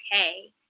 okay